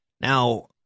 Now